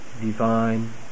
divine